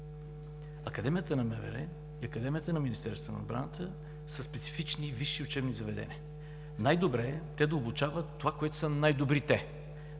Академията на МВР и Академията на Министерството на отбраната са специфични висши учебни заведения. Най-добре е те да обучават на това, в което са най-добри те.